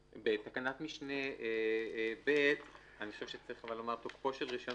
בתקנת משנה (ב) אני חושב שצריך לומר: תוקפו של רישיון